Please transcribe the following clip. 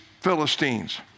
Philistines